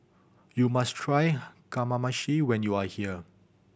you must try Kamameshi when you are here